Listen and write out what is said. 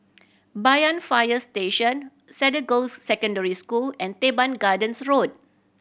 Banyan Fire Station Cedar Girls' Secondary School and Teban Gardens Road